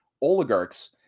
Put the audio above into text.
oligarchs